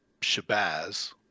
shabazz